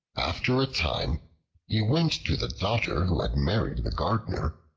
after a time he went to the daughter who had married the gardener,